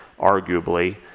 arguably